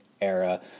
era